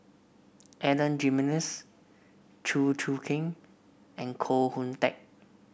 Adan Jimenez Chew Choo Keng and Koh Hoon Teck